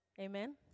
Amen